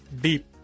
deep